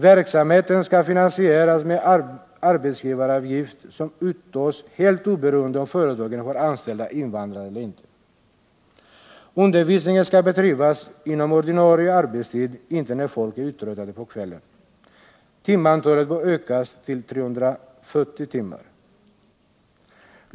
Verksamheten skall finansieras medelst arbetsgivaravgift, som uttas helt oberoende av om företagen har anställda som är invandrare eller inte. Undervisningen skall bedrivas under ordinarie arbetstid — inte på kvällen när folk är uttröttade. Antalet timmar bör utökas till 340.